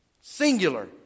Singular